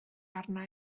arna